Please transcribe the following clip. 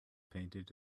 painted